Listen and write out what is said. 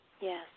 Yes